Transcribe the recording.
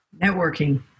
Networking